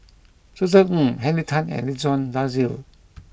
Josef Ng Henry Tan and Ridzwan Dzafir